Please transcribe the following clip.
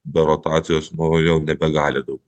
be rotacijos nu jau nebegali daug